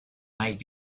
might